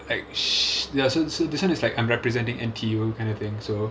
like she~ ya so so this [one] is like I'm representing N_T_U kind of thing so